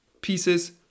pieces